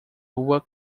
rua